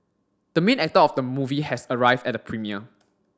the main actor of the movie has arrived at the premiere